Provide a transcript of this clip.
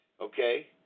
Okay